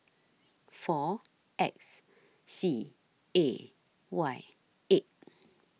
four X C A Y eight